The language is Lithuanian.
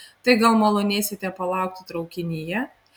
tai gal malonėsite palaukti traukinyje